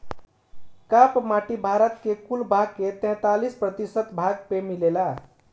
काप माटी भारत के कुल भाग के तैंतालीस प्रतिशत भाग पे मिलेला